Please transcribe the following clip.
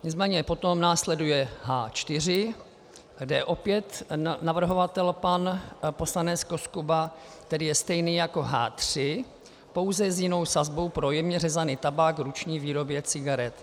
Nicméně potom následuje H4, kde opět navrhovatel pan poslanec Koskuba, který je stejný jako H3, pouze s jinou sazbou pro jemně řezaný tabák k ruční výrobě cigaret.